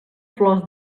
flors